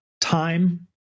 time